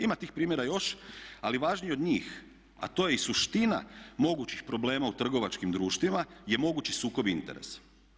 Ima tih primjera još, ali važniji od njih a to je i suština mogućih problema u trgovačkim društvima je mogući sukob interesa.